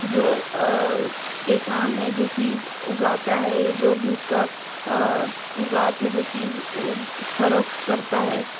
جو کسان ہیں جو چیز اگاتا ہے جو بھی اس کا اگا کے جو چیز فروخت کرتا ہے